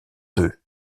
deux